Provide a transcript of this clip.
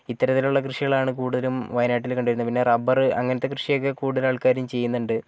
ഇത്തരത്തിലുള്ള കൃഷികളാണ് കൂടുതലും വയനാട്ടിൽ കണ്ടു വരുന്നത് പിന്നെ റബ്ബറും അങ്ങനത്തെ കൃഷിയൊക്കെ കൂടുതലാൾക്കാരും ചെയ്യുന്നുണ്ട്